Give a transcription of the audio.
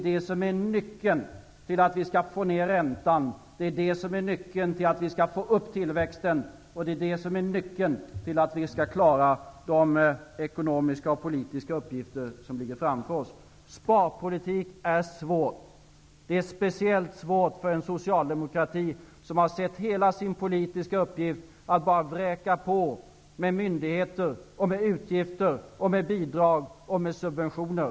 Det är nyckeln till att få ned räntan, att få upp tillväxten och att klara de ekonomiska och politiska uppgifter som ligger framför oss. Det är svårt med sparpolitik, speciellt för en socialdemokrati som har sett som hela sin politiska uppgift att bara vräka på med myndigheter, utgifter, bidrag och subventioner.